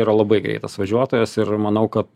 yra labai greitas važiuotojas ir manau kad